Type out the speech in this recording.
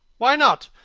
why not?